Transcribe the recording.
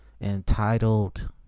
entitled